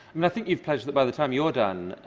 and i think you've pledged that by the time you're done,